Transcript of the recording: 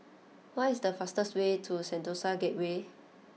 what is the fastest way to Sentosa Gateway